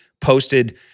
posted